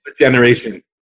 Generation